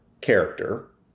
character